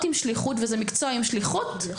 עם שליחות וזה מקצוע עם שליחות,